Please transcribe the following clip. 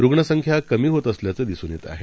रुग्णसंख्या कमी होत असल्याचं दिसून येत आहे